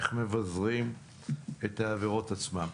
איך מבזרים את העבירות עצמן.